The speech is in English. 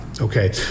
Okay